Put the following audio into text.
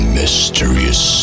mysterious